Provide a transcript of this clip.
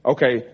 Okay